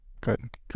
good